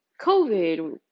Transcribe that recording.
COVID